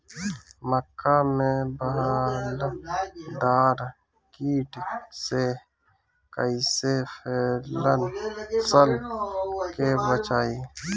मक्का में बालदार कीट से कईसे फसल के बचाई?